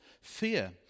fear